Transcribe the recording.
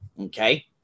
Okay